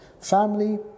Family